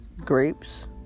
Grapes